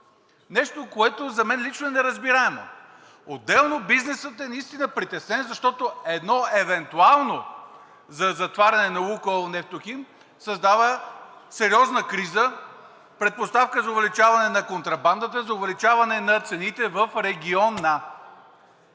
нещо, което за мен лично е неразбираемо. Отделно бизнесът е наистина притеснен, защото едно евентуално затваряне на „Лукойл Нефтохим“ създава сериозна криза, предпоставка за увеличаване на контрабандата, за увеличаване на цените в региона.